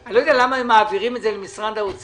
אני לא יודע למה הם מעבירים את זה למשרד האוצר.